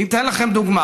אני אתן לכם דוגמה.